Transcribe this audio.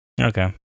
Okay